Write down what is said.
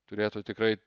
turėtų tikrai